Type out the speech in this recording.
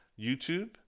YouTube